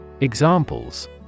examples